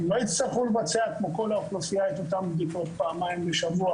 הם לא יצטרכו לבצע כמו כל האוכלוסייה את אותן בדיקות פעמיים בשבוע,